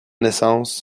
naissance